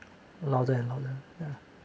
louder and louder